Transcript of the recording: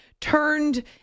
turned